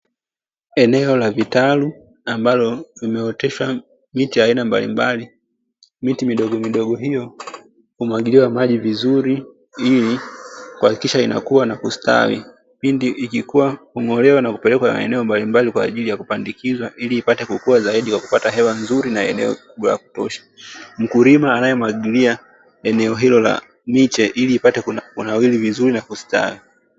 Eneo la vitalu, ambalo limeoteshwa miti ya aina mbalimbali, miti midogomidogo, hiyo humwagiliwa maji vizuri ili kuhakikisha inakua na kustawi, pindi ikikua hung'olewa na kupelekwa maeneo mbalimbali kwa ajili ya kupandikizwa ili ipate kukua zaidi kwa kupata hewa nzuri na yenye nguvu ya kutosha. Mkulima anayemwagilia eneo hilo la miche ili ipate kunawiri vizuri na kustawi.